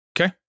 Okay